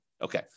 Okay